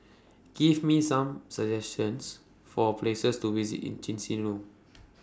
Give Me Some suggestions For Places to visit in Chisinau